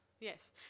Yes